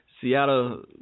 Seattle